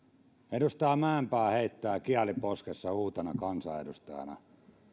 edustaja mäenpää heittää kieli poskessa uutena kansanedustajana